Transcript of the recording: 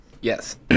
yes